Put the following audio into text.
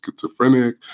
schizophrenic